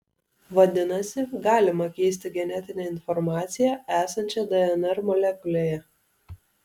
vadinasi galima keisti genetinę informaciją esančią dnr molekulėje